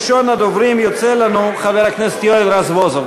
ראשון הדוברים יוצא לנו חבר הכנסת יואל רזבוזוב.